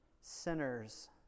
sinners